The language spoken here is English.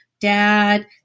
dad